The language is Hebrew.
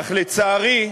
אך לצערי,